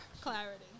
clarity